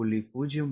09 0